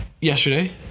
Yesterday